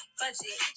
budget